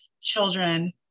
children